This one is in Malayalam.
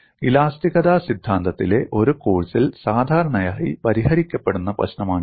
ഇലാസ്തികത സിദ്ധാന്തത്തിലെ ഒരു കോഴ്സിൽ സാധാരണയായി പരിഹരിക്കപ്പെടുന്ന പ്രശ്നമാണിത്